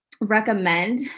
recommend